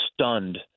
stunned –